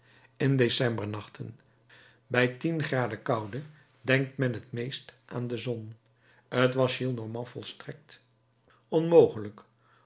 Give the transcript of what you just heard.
in decembernachten bij tien graden koude denkt men het meest aan de zon t was gillenormand volstrektelijk onmogelijk